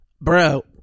bro